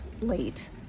late